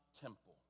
temple